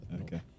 Okay